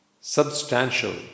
substantial